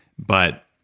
but